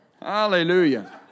Hallelujah